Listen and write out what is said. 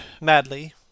madly